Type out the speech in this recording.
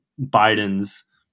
Biden's